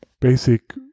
basic